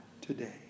today